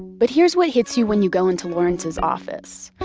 but here's what hits you when you go into lawrence's office.